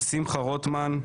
שמחה רוטמן,